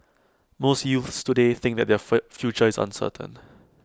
most youths today think that their fur future is uncertain